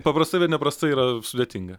paprastai bet ne prastai yra sudėtinga